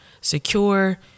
secure